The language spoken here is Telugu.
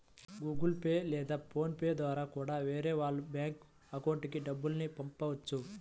గుగుల్ పే లేదా ఫోన్ పే ద్వారా కూడా వేరే వాళ్ళ బ్యేంకు అకౌంట్లకి డబ్బుల్ని పంపొచ్చు